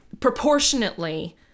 proportionately